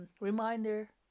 reminder